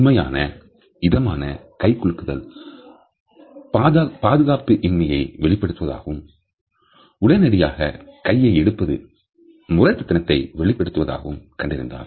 உண்மையான இதமான கை குலுக்குதல் பாதுகாப்பின்மையை வெளிப்படுத்துவதாகவும் உடனடியாக கையை எடுப்பது முரட்டுத்தனத்தை வெளிப்படுத்துவதாகும் கண்டறிந்தார்